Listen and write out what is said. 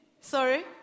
Sorry